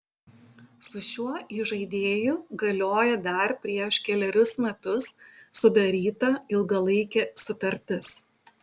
su šiuo įžaidėju galioja dar prieš kelerius metus sudaryta ilgalaikė sutartis